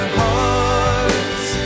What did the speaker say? hearts